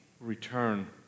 return